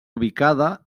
ubicada